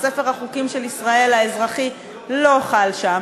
וספר החוקים האזרחי של ישראל לא חל שם,